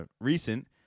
recent